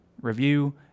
review